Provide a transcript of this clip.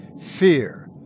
fear